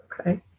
Okay